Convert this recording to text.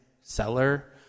seller